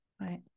right